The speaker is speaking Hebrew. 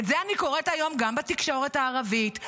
את זה אני קוראת היום גם בתקשורת הערבית.